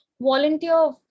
volunteer